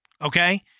Okay